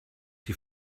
die